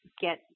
get